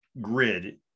grid